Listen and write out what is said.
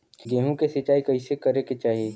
गेहूँ के सिंचाई कइसे करे के चाही?